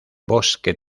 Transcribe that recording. bosque